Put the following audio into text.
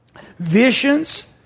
visions